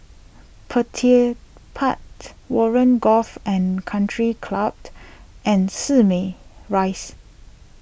Petir part Warren Golf and Country clapped and Simei Rise